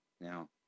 Now